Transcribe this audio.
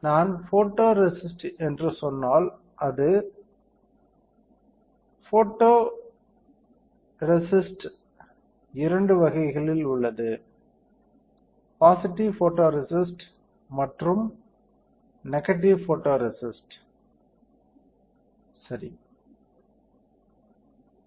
நான் போட்டோரேசிஸ்ட் என்று சொன்னால் ஒரு ஃபோட்டோரேசிஸ்ட் இரண்டு வகைகளில் உள்ளது பாசிட்டிவ் ஃபோட்டோரேசிஸ்ட் மற்றும் நெகடிவ் நெகடிவ் ஃபோட்டோரேசிஸ்ட் சரியா